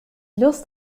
lust